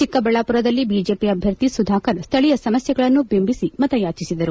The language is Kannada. ಚಿಕ್ಕಬಳ್ಳಾಮರದಲ್ಲಿ ಬಿಜೆಪಿ ಅಭ್ಯರ್ಥಿ ಸುಧಾಕರ್ ಸ್ಥಳೀಯ ಸಮಸ್ಯೆಗಳನ್ನು ಬಿಂಬಿಸಿ ಮತಯಾಚಿಸಿದರು